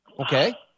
Okay